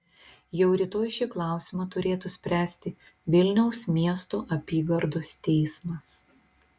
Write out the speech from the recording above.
jau rytoj šį klausimą turėtų spręsti vilniaus miesto apygardos teismas